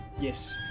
Yes